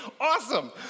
Awesome